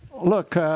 look,